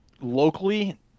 Locally